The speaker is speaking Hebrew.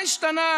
מה השתנה,